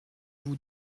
vous